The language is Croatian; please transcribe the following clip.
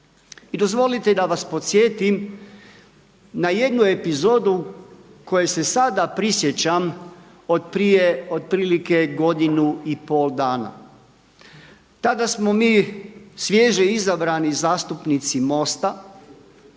dozvolite da vas podsjetim na jednu epizodu koje se sada prisjećam od prije otprilike godinu i pol dana. Tada smo mi svježe izabrani zastupnici MOST-a